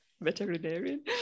veterinarian